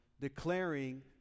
declaring